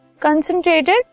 concentrated